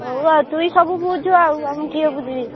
ହଉ ଆଉ ତୁଇ ସବୁ ବୁଝୁ ଆଉ ଆଉ କିଆଁ ବୁଝିବି